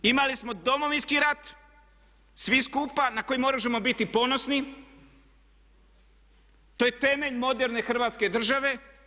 Imali smo Domovinski rat, svi skupa na koji možemo biti ponosni, to je temelj moderne Hrvatske države.